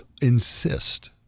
insist